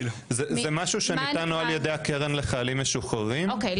זה משהו שניתן על ידי הקרן לחיילים משוחררים --- אוקי,